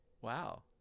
Wow